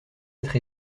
être